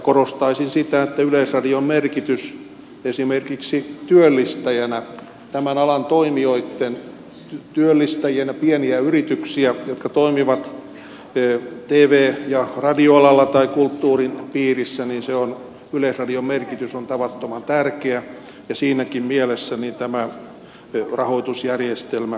korostaisin sitä että yleisradion merkitys esimerkiksi työllistäjänä tämän alan toimijoitten työllistäjänä pieniä yrityksiä jotka toimivat tv ja radioalalla tai kulttuurin piirissä niin se on yleisradion merkitys on tavattoman tärkeä ja siinäkin mielessä tämä rahoitusjärjestelmä on onnistunut